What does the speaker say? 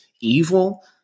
evil